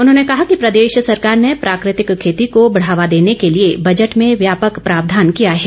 उन्होंने कहा कि प्रदेश सरकार ने प्राकृतिक खेती को बढ़ावा देने के लिए बजट में व्यापक प्रावधान किया है